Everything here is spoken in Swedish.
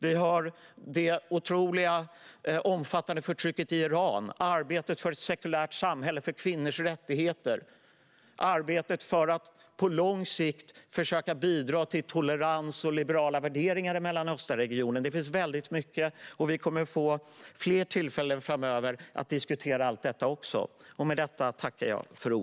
Vi har det otroligt omfattande förtrycket i Iran, arbetet för ett sekulärt samhälle och för kvinnors rättigheter och arbetet för att på lång sikt försöka bidra till tolerans och liberala värderingar i Mellanösternregionen. Det finns väldigt mycket, och vi kommer att få fler tillfällen framöver att diskutera allt detta också.